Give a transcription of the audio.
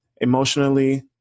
emotionally